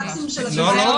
לא.